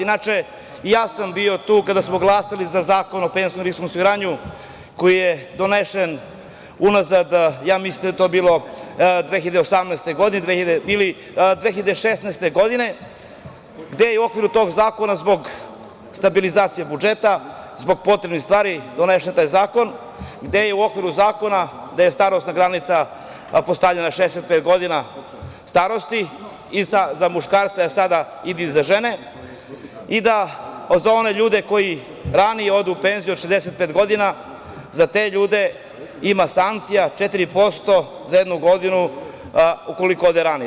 Inače, ja sam bio tu kada smo glasali za Zakon o penzijskom osiguranju koji je donesen unazad, mislim da je to bilo 2018. godine ili 2016. godine, gde je u okviru tog zakona zbog stabilizacije budžeta zbog potrebnih stvari donesen taj zakon, gde je u okviru zakona starosna granica postavljena 65 godina starosti i za muškarce, a sada i za žene i da za one ljude koji ranije odu u penziju od 65 godina za te ljude ima sankcija 4% za jednu godinu ukoliko ode ranije.